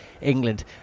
England